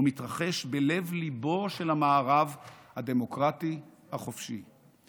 הוא מתרחש בלב-ליבו של המערב הדמוקרטי, החופשי.